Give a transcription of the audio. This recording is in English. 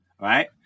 right